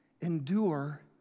endure